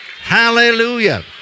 Hallelujah